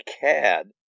cad